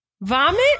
Vomit